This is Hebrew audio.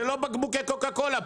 זה לא בקבוקי קוקה קולה,